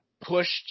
pushed